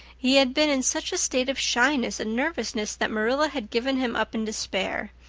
he had been in such a state of shyness and nervousness that marilla had given him up in despair,